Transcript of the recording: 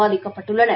பாதிக்கப்பட்டுள்ளன